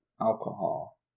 alcohol